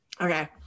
Okay